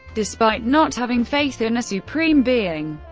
despite not having faith in a supreme being.